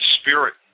spirit